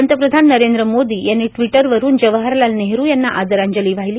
पंतप्रधान नरेंद्र मोदी यांनी ट्विटरवरुन जवाहरल लाल नेहरु यांना आदरांजली वाहिली